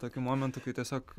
tokių momentų kai tiesiog